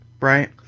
Right